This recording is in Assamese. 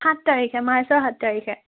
সাত তাৰিখে মাৰ্চৰ সাত তাৰিখে